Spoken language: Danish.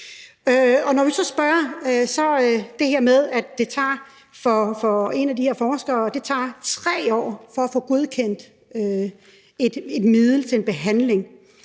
Når vi så spørger, får vi at vide, at det for en af de her forskere tager 3 år for at få godkendt et middel til en behandling.